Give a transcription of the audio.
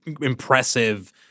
impressive